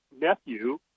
nephew